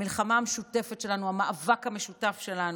המלחמה המשותפת שלנו, המאבק המשותף שלנו,